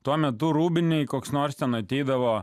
tuo metu rūbinėje koks nors ten ateidavo